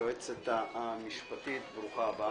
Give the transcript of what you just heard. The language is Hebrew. גברתי מנהלת הוועדה, היועצת המשפטית ברוכה הבאה,